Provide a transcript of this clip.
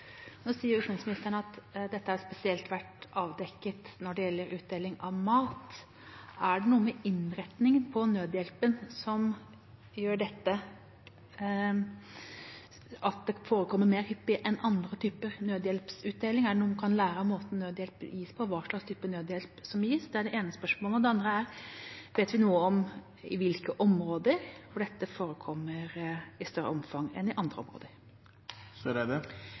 Nå sier utenriksministeren at dette har spesielt vært avdekket når det gjelder utdeling av mat. Er det noe med innretningen på nødhjelpen som gjør dette, at det forekommer mer hyppig enn ved andre typer nødhjelpsutdeling? Er det noe en kan lære av måten nødhjelp gis på, hva slags type nødhjelp som gis? Det er det ene spørsmålet. Det andre er: Vet vi noe om i hvilke områder hvor dette forekommer i større omfang enn i andre